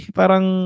parang